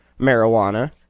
marijuana